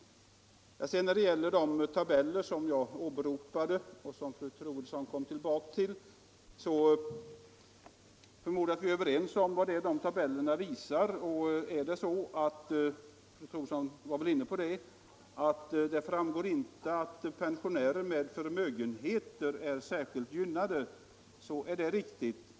När det sedan gäller de tabeller som jag åberopade och som fru Troedsson kom tillbaka till förmodar jag att vi är överens om vad det är de visar. Fru Troedsson menade att det inte framgår av dem att pensionärer med förmögenheter skulle vara särskilt gynnade, och det är väl riktigt.